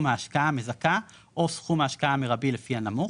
ההשקעה המזכה או סכום ההשקעה המרבי לפי הנמוך,